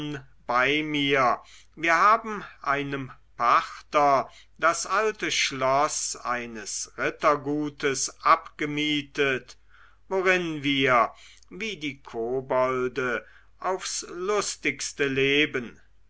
bei mir wir haben einem pachter das alte schloß eines rittergutes abgemietet worin wir wie die kobolde aufs lustigste leben